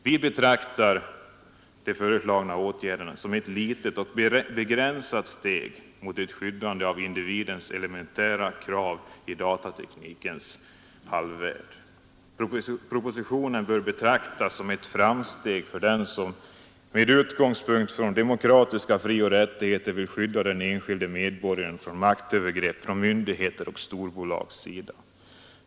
Vi betraktar de föreslagna åtgärderna som ett litet och begränsat steg mot ett skyddande av individens elementära krav i datateknikens halvvärld. Propositionen bör betraktas som ett framsteg för den som med utgångspunkt från demokratiska frioch rättigheter vill skydda den enskilde medborgaren från maktövergrepp från myndigheters och storbo lags sida.